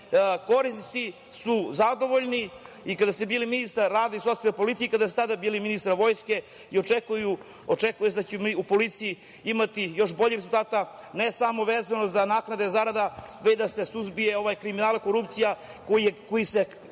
korisnici su zadovoljni i kada ste bili ministar rada i socijalne politike, kada ste sada bili ministar vojske i očekuje se da ćete u policiji imati još bolje rezultate, ne samo vezano za naknade zarada, već da se suzbije ovaj kriminal i korupcija koji se